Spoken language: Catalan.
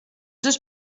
dos